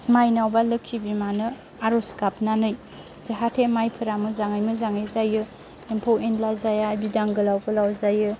माइनाव बा लोक्षी बिमानो आर'ज गाबनानै जाहाथे माइफोरा मोजाङै मोजाङै जायो एम्फौ एनला जाया बिदां गोलाव गोलाव जायो